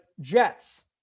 Jets